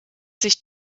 sich